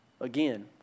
again